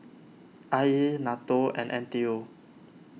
I E Nato and N T U